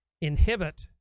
inhibit